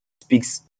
speaks